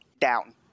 down